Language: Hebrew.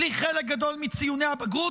בלי חלק גדול מציוני הבגרות.